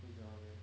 你不喜欢 meh